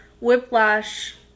whiplash